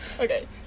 Okay